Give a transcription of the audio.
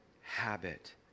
habit